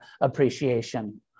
appreciation